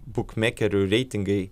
bukmekerių reitingai